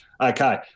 Okay